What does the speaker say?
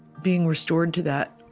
being restored to that,